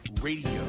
Radio